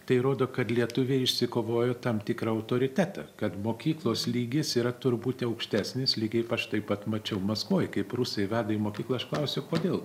tai rodo kad lietuviai išsikovojo tam tikrą autoritetą kad mokyklos lygis yra tur būti aukštesnis lygiai taip pat mačiau maskvoj kaip rusai veda į mokyklą aš klausiu kodėl